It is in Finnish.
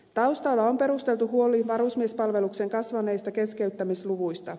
taustalla on perusteltu huoli varusmiespalveluksen kasvaneista keskeyttämisluvuista